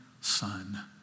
son